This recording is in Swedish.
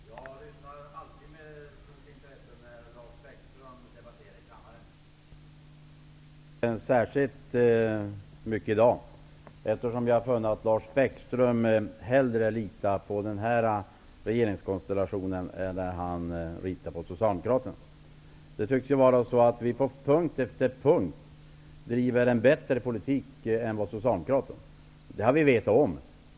Herr talman! Jag lyssnar alltid med stort intresse när Lars Bäckström debatterar i kammaren. Jag har gjort det särskilt mycket i dag, eftersom vi har funnit att Lars Bäckström hellre litar på den här regeringskonstellationen än på Socialdemokraterna. Vi tycks på punkt efter punkt driva en bättre politik än Socialdemokraterna. Det har vi vetat om.